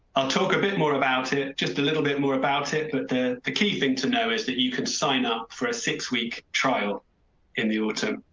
i'll talk a bit more about it just a little bit more about it, but the the key thing to know is that you can sign up for a six week trial in the autumn.